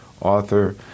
author